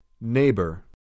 Neighbor